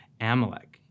Amalek